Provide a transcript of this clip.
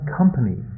company